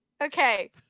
Okay